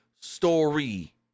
story